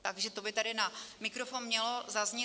Takže to by tady na mikrofon mělo zaznít.